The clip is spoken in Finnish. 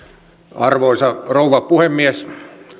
arvoisa rouva puhemies